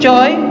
Joy